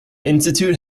institute